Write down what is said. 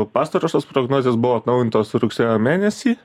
pastarosios prognozės buvo atnaujintos rugsėjo mėnesį